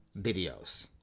videos